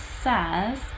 says